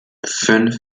fünf